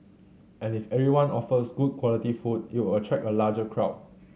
and if everyone offers good quality food it'll attract a larger crowd